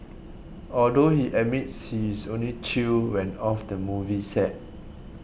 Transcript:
although he admits he is only chill when off the movie set